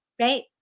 right